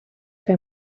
hij